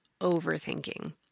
overthinking